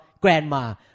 grandma